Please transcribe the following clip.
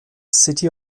city